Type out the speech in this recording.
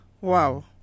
Wow